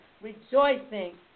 rejoicing